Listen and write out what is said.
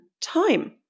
time